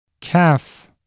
Calf